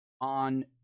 on